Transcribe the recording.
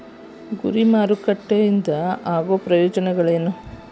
ಗುರಿ ಮಾರಕಟ್ಟೆ ಇಂದ ಆಗೋ ಪ್ರಯೋಜನಗಳೇನ